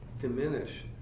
diminish